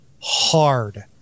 hard